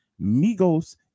Migos